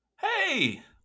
hey